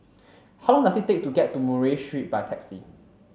how long does it take to get to Murray Street by taxi